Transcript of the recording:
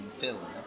film